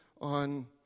on